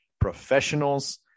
professionals